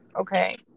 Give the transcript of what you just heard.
okay